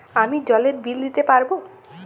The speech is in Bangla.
আমি জলের বিল দিতে পারবো?